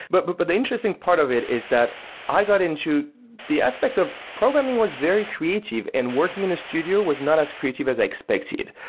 but but but the interesting part of it is that i got into the aspect of programming was very creative and working in a studio was not as creative as i expected.